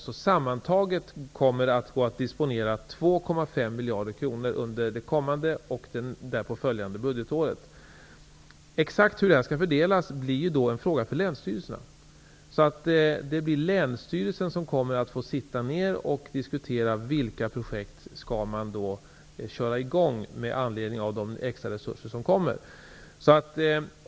Sammantaget kommer man att disponera 2,5 miljarder kronor under det kommande och det därpå följande budgetåret. Exakt hur dessa skall fördelas blir en fråga för länsstyrelserna. Det blir länsstyrelsen som kommer att bestämma vilka projekt som man skall köra i gång med anledning av de extra resurser som kommer.